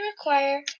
require